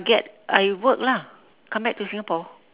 get I work lah comeback to singapore